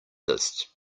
this